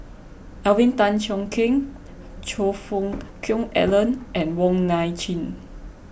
Alvin Tan Cheong Kheng Choe Fook Cheong Alan and Wong Nai Chin